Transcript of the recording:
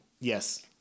Yes